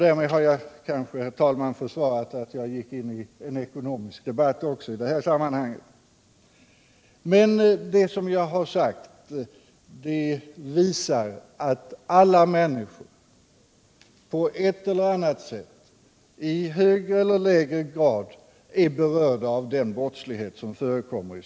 — Därmed har jag kanske, herr talman, försvarat att jag även gick in i en ekonomisk debatt i det här sammanhanget. Det jag har sagt visar att alla människor på ett eller annat sätt, i högre eller lägre grad, är berörda av den brottslighet som förekommer.